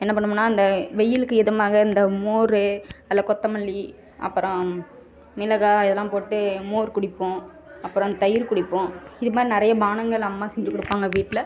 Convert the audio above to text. என்ன பண்ணுவோம்னால் இந்த வெயிலுக்கு இதமாக இந்த மோர் அதில் கொத்தமல்லி அப்புறம் மிளகாய் இதெல்லாம் போட்டு மோர் குடிப்போம் அப்புறம் தயிர் குடிப்போம் இது மாதிரி நிறைய பானங்கள் அம்மா செஞ்சு கொடுப்பாங்க வீட்டில